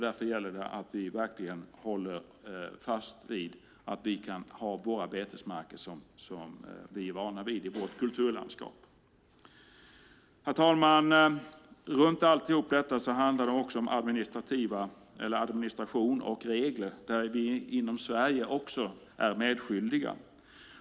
Därför gäller det att vi verkligen håller fast vid att vi kan ha våra betesmarker som vi är vana vid. Det är vårt kulturlandskap. Herr talman! Förutom allt detta handlar det om administration och regler där vi inom Sverige är medskyldiga.